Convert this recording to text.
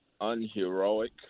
unheroic